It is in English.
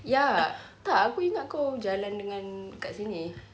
ya tak aku ingat kau jalan dengan kat sini